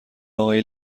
آقای